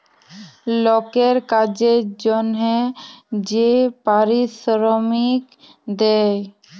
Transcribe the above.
লকের কাজের জনহে যে পারিশ্রমিক দেয়